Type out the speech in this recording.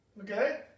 okay